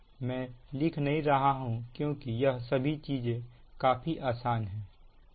मैं लिख नहीं रहा हूं क्योंकि यह सभी चीजें काफी आसान है